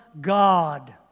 God